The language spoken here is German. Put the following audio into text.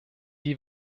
die